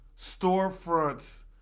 storefronts